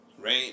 Right